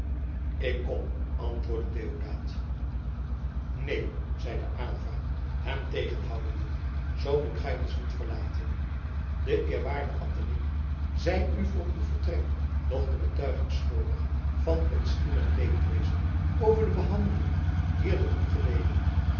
ik kom antwoordde deodaat neen zeide aylva hem tegenhoudende zoo moet gij ons niet verlaten de eerwaarde abt en ik zijn u voor uw vertrek nog de betuiging schuldig van ons innig leedwezen over de behandeling hier door u geleden